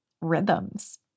rhythms